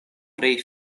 pri